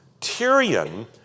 Tyrion